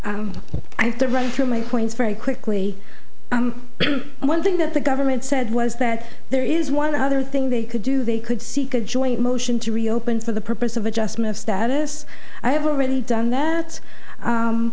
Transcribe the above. have to run through my points very quickly and one thing that the government said was that there is one other thing they could do they could seek a joint motion to reopen for the purpose of adjustment of status i have already done that